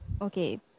Okay